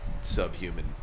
subhuman